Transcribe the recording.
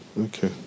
Okay